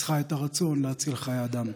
ניצחה את הרצון להציל חיי אדם.